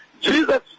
Jesus